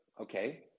okay